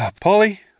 Polly